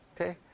okay